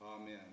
Amen